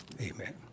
Amen